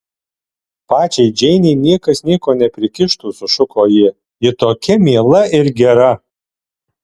pačiai džeinei niekas nieko neprikištų sušuko ji ji tokia miela ir gera